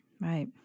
Right